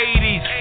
80's